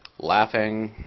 laughing,